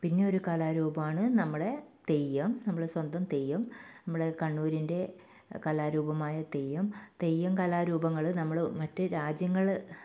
പിന്നെ ഒരു കലാരൂപമാണ് നമ്മുടെ തെയ്യം നമ്മുടെ സ്വന്തം തെയ്യം നമ്മുടെ കണ്ണൂരിൻ്റെ കലാരൂപമായ തെയ്യം തെയ്യം കലാരൂപങ്ങൾ നമ്മൾ മറ്റേ രാജ്യങ്ങൾ